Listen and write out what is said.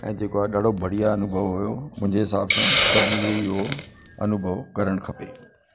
ऐं जेको आहे ॾाढो बढ़िया अनुभव हुओ मुंहिंजे हिसाब सां सभिनी खे इहो अनुभव करणु खपे